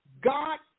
God